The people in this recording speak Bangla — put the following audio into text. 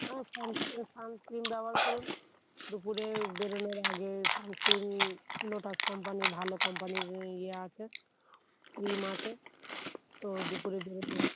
হ্যাঁ সানস্কি সানস্ক্রিন ব্যবহার করুন দুপুরে বেরোনোর আগে সানস্ক্রিন লোটাস কোম্পানির ভালো কোম্পানির ইয়ে আছে ক্রিম আছে তো দুপুরে বেরোনোর